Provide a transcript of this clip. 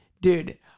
Dude